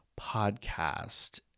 Podcast